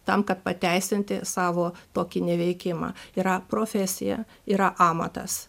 tam kad pateisinti savo tokį neveikimą yra profesija yra amatas